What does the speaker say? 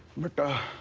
but